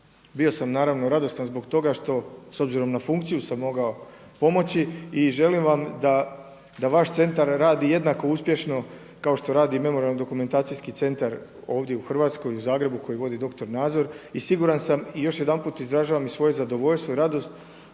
Bio sam naravno radostan zbog toga što s obzirom na funkciju sam mogao pomoći i želim vam da vaš centar radi jednako uspješno kao što radi Memorijalno-dokumentacijski centar ovdje u Hrvatskoj, ovdje u Zagrebu, koji vodi doktor Nazor i siguran sam i još jedanput izražavam svoje zadovoljstvo i radost